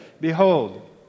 Behold